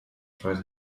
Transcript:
tried